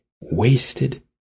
wasted